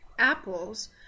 Apples